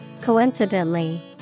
Coincidentally